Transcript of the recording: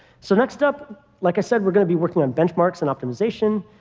so next up, like i said, we're going to be working on benchmarks and optimization,